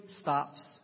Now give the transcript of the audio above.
stops